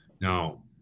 Now